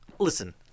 Listen